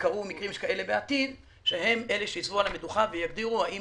יקרו מקרים כאלה בעתיד הם אלה שיישבו על המדוכה ויגדירו האם